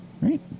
Right